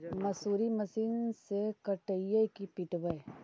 मसुरी मशिन से कटइयै कि पिटबै?